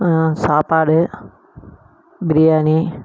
சாப்பாடு பிரியாணி